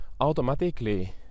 automatically